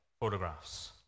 photographs